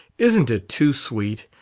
isn't it too sweet?